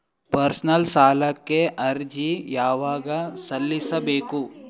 Personal ಸಾಲಕ್ಕೆ ಅರ್ಜಿ ಯವಾಗ ಸಲ್ಲಿಸಬೇಕು?